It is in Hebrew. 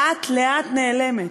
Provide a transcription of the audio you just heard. לאט-לאט נעלמת.